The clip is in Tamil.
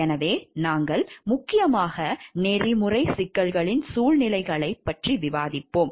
எனவே நாங்கள் முக்கியமாக நெறிமுறை சிக்கல்களின் சூழ்நிலைகளைப் பற்றி விவாதித்தோம்